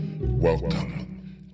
Welcome